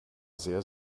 sehr